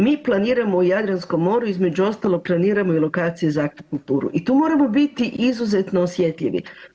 Mi planiramo u Jadranskom moru između ostalog planiramo i lokacije za akvakulturu i tu moramo biti izuzetno osjetljivi.